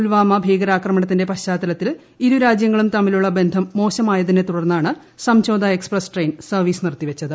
പുൽവാമ ഭീകരാക്രമണത്തിന്റെ പശ്ചാത്തലത്തിൽ ഇരു രാജ്യങ്ങളും തമ്മിലുള്ള ബന്ധം മോശമായതിനെ തുടർന്നാണ് സംജോത എക്സ്പ്രസ് ട്രെയിൻ സർവ്വീസ് നിർത്തിവച്ചത്